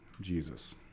Jesus